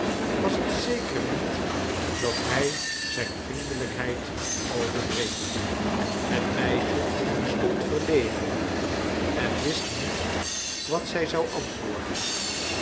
was het zeker niet dat hij zijne vriendelijkheid overdreef het meisje stond verlegen en wist niet wat zij zou antwoorden